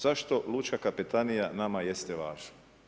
Zašto lučka kapetanija nama jeste važna?